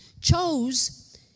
chose